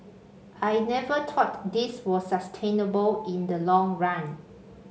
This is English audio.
I never thought this was sustainable in the long run